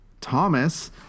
Thomas